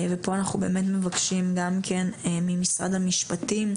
ופה אנחנו באמת מבקשים גם כן ממשרד המשפטים,